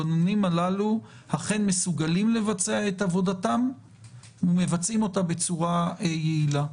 אכן מסוגלים לבצע את עבודתם ומבצעים אותה בצורה יעילה.